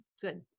good